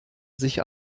sich